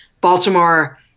Baltimore